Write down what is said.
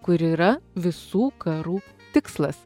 kuri yra visų karų tikslas